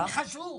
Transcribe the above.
אני חשוך?